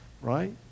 Right